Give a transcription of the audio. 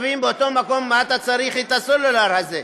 מה אתה צריך את הסלולר הזה?